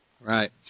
Right